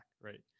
right